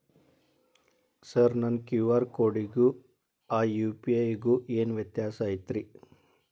Sir ನನ್ನ QR ಕೊಡಿಗೂ ಆ ಯು.ಪಿ.ಐ ಗೂ ಏನ್ ವ್ಯತ್ಯಾಸ ಐತ್ರಿ?